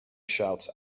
shouts